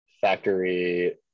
factory